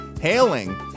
hailing